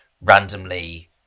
randomly